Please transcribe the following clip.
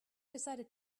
decided